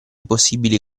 possibili